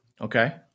Okay